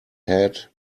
head